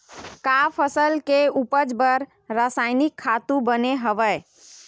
का फसल के उपज बर रासायनिक खातु बने हवय?